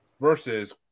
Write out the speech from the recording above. versus